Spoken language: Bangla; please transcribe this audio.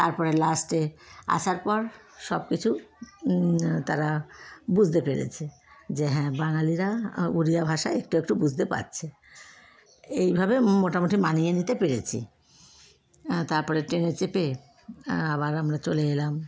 তারপরে লাস্টে আসার পর সব কিছু তারা বুঝতে পেরেছে যে হ্যাঁ বাঙালিরা উড়িয়া ভাষায় একটু একটু বুঝতে পারছে এইভাবে মোটামুটি মানিয়ে নিতে পেরেছি তারপরে ট্রেনে চেপে আবার আমরা চলে এলাম